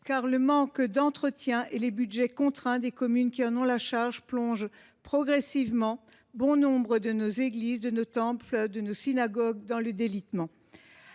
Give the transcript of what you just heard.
: le manque d’entretien et les budgets contraints des communes qui en ont la charge plongent progressivement bon nombre de nos églises, temples et synagogues dans un état de délitement.